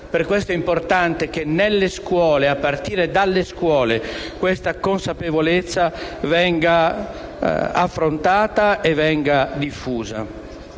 Per questo è importante che nelle scuole e a partire da esse questa consapevolezza venga affrontata e diffusa.